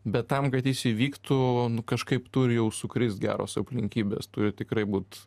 bet tam kad jis įvyktų nu kažkaip turi jau sukrist geros aplinkybės turi tikrai būt